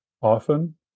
often